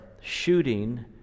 shooting